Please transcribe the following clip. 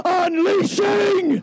unleashing